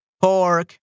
pork